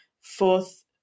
fourth